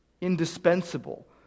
indispensable